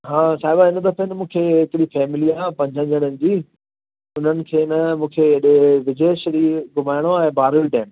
हा छाहे हिन हफ़्ते मूंखे ऐक्चुली फैमिली आहे पंज ॼणनि जी हुननि खे न मूंखे हेॾे व्रिजेश्वरी घुमाइणो आहे ऐं बारुल डैम